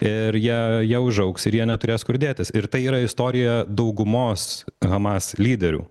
ir jie jie užaugs ir jie neturės kur dėtis ir tai yra istorija daugumos hamas lyderių